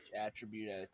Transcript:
attribute